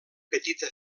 petita